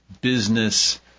business